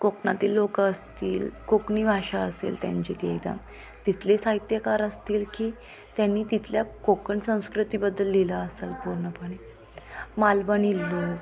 कोकणातील लोक असतील कोकणी भाषा असेल त्यांची ती एकदम तिथले साहित्यकार असतील की त्यांनी तिथल्या कोकण संस्कृतीबद्दल लिहिलं असंल पूर्णपणे मालवणी लोक